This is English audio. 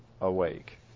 awake